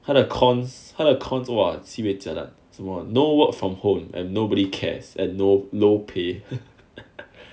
他的 cons cons 哇 sibeh jialat so no work from home and nobody cares and no low pay